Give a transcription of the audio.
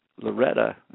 Loretta